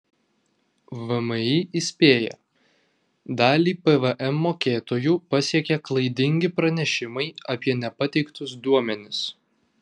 vmi įspėja dalį pvm mokėtojų pasiekė klaidingi pranešimai apie nepateiktus duomenis